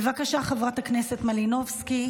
בבקשה, חברת הכנסת מלינובסקי.